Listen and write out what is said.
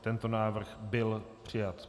Tento návrh byl přijat.